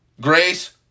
grace